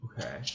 Okay